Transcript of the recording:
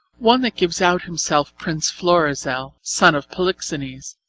one that gives out himself prince florizel, son of polixenes,